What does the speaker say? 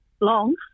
long